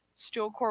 Steelcore